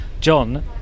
John